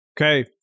Okay